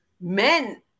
men